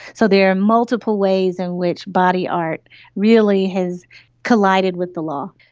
so there are multiple ways in which body art really has collided with the law.